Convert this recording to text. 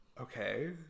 Okay